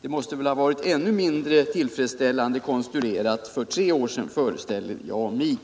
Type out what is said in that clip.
Det måste väl ha varit ännu mindre tillfredsställande konstruerat för tre år sedan, föreställer jag mig.